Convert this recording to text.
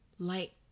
light